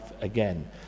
again